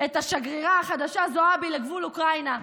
את השגרירה החדשה זועבי לגבול אוקראינה.